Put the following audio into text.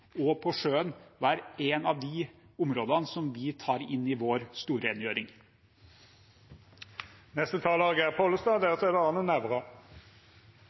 og på sjøen være et av de områdene som vi tar inn i vår